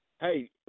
Hey